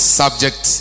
subject